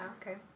okay